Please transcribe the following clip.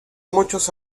muchos